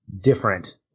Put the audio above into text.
different